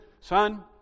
Son